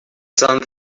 sun